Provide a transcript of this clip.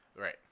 Right